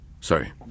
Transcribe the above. Sorry